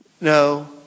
No